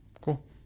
Cool